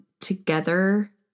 together